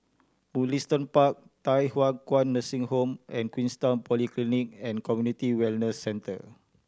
Mugliston Park Thye Hua Kwan Nursing Home and Queenstown Polyclinic and Community Wellness Centre